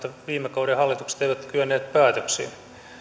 että viime kauden hallitukset eivät kyenneet päätöksiin